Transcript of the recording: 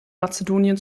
mazedonien